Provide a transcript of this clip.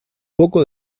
poco